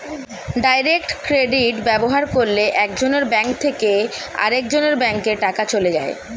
direct credit ব্যবহার করলে একজনের ব্যাঙ্ক থেকে আরেকজনের ব্যাঙ্কে টাকা চলে যায়